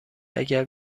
اگر